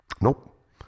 Nope